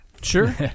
sure